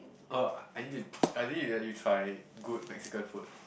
oh I need to I need to let you try good Mexican food